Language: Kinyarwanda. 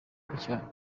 by’icyaro